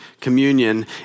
communion